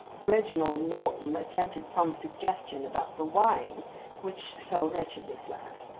reginald morton attempted some suggestion about the wine which fell wretchedly flat.